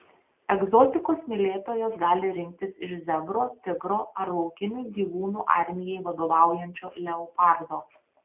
egzotikos mylėtojos gali rinktis iš zebro tigro ar laukinių gyvūnų armijai vadovaujančio leopardo